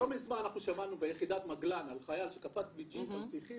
לא מזמן שמענו ביחידת מגלן על חיל שקפץ מג'יפ על שיחים